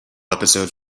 episodes